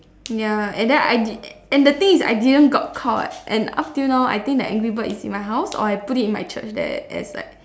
ya and then I did and the things is I didn't got caught and up till now I think the angry bird is in my house or I put it in my church there as like